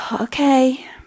okay